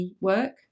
work